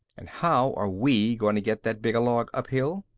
and how are we going to get that big a log uphill?